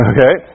Okay